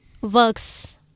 works